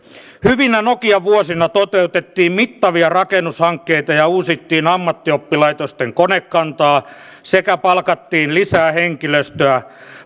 hyvinä nokian vuosina toteutettiin mittavia rakennushankkeita ja uusittiin ammattioppilaitosten konekantaa sekä palkattiin lisää henkilöstöä